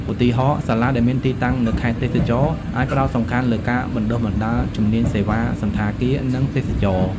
ឧទាហរណ៍ សាលាដែលមានទីតាំងនៅខេត្តទេសចរណ៍ អាចផ្តោតសំខាន់លើការបណ្តុះបណ្តាលជំនាញសេវាកម្មសណ្ឋាគារ និងទេសចរណ៍។